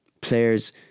Players